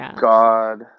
god